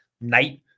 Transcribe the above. night